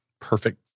Perfect